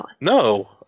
No